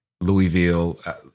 Louisville